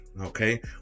Okay